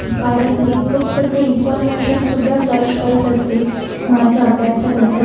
कारण मी खूप सगळी इन्फर्मेशन सुद्धा सर्च करत असते माझ्या अभ्यासाबद्दल